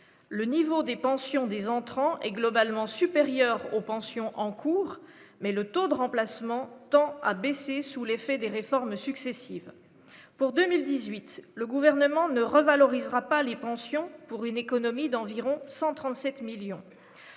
le niveau des pensions des entrants et globalement supérieurs aux pensions en cours, mais le taux de remplacement tend à baisser sous l'effet des réformes successives pour 2018, le gouvernement ne revalorisera pas les pensions pour une économie d'environ 137 millions